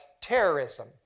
terrorism